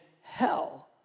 hell